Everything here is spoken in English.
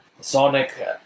Sonic